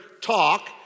talk